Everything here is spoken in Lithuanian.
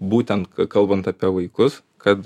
būtent kalbant apie vaikus kad